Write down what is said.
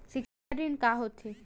सिक्छा ऋण का होथे?